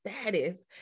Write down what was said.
status